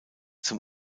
zum